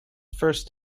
first